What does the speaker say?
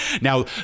Now